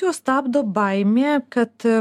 juos stabdo baimė kad